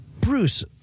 Bruce